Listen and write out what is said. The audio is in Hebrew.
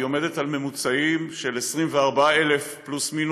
והיא עומדת על ממוצעים של 24,000 פלוס-מינוס,